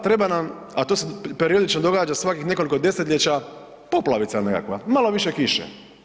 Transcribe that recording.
Treba nam, a to se periodično događa svakih nekoliko desetljeća, poplavica nekakva, malo više kiše.